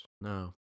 No